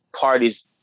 parties